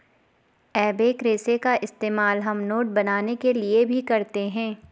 एबेक रेशे का इस्तेमाल हम नोट बनाने के लिए भी करते हैं